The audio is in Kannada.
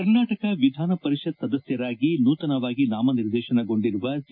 ಕರ್ನಾಟಕ ವಿಧಾನಪರಿಷತ್ ಸದಸ್ವರಾಗಿ ನೂತನವಾಗಿ ನಾಮನಿರ್ದೇಶನಗೊಂಡಿರುವ ಸಿ